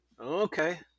Okay